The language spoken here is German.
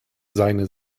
seine